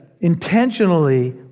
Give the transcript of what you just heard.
intentionally